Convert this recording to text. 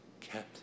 kept